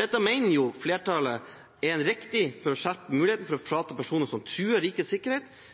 Dette mener flertallet er riktig for å skjerpe muligheten for å frata personer som truer rikets sikkerhet,